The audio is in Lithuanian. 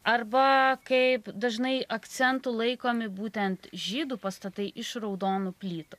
arba kaip dažnai akcentu laikomi būtent žydų pastatai iš raudonų plytų